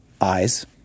Eyes